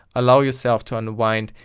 allow yourself to unwind,